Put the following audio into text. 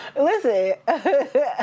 listen